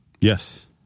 Yes